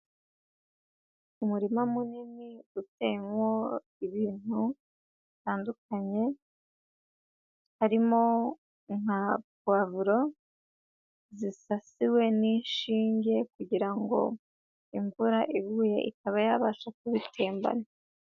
Umurima munini uteyemo ibintu bitandukanye, harimo nka puwavuro zisasiwe n'inshinge kugira ngo imvura iguye ikaba yabasha kubitembana.